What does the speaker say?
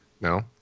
no